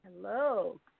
Hello